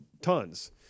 tons